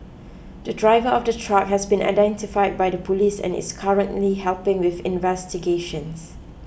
the driver of the truck has been identified by the police and is currently helping with investigations